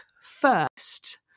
first